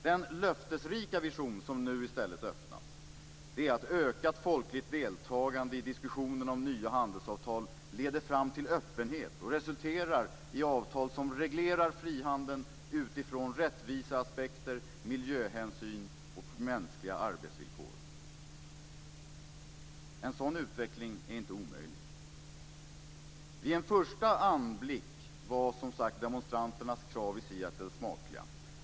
Den löftesrika vision som nu öppnas är att ökat folkligt deltagande i diskussionerna om nya handelsavtal leder fram till öppenhet och resulterar i avtal som reglerar frihandeln utifrån rättviseaspekter, miljöhänsyn och mänskliga arbetsvillkor. En sådan utveckling är inte omöjlig. Vid en första anblick var demonstranternas krav i Seattle smakliga.